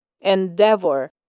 endeavor